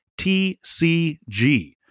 tcg